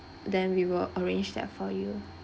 then we will arrange that for you